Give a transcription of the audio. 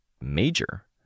major